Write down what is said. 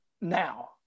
Now